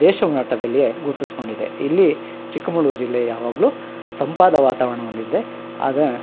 ದೇಶಮಟ್ಟದಲ್ಲಿಯೇ ಗುರುತಿಸ್ಕೊಂಡಿದೆ ಇಲ್ಲಿ ಚಿಕ್ಕಮಗ್ಳೂರು ಜಿಲ್ಲೆ ಯಾವಾಗಲು ತಂಪಾದ ವಾತಾವರಣ ಹೊಂದಿದೆ ಅದೇ